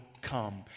come